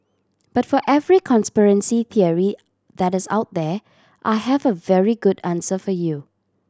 but for every conspiracy theory that is out there I have a very good answer for you